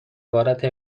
عبارت